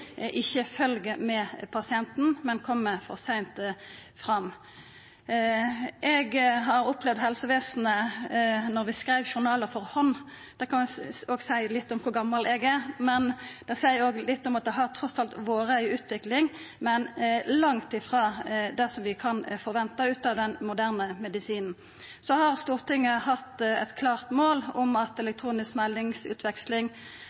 ikkje følgjer med pasienten, men kjem for seint fram. Eg har opplevd helsevesenet då vi skreiv journalar for hand. Det kan seia litt om kor gamal eg er, men det seier òg litt om at det trass i alt har vore ei utvikling – men langt frå det vi kan forventa av den moderne medisinen. Så har Stortinget hatt eit klart mål om elektronisk meldingsutveksling, at